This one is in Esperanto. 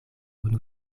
unu